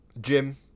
Jim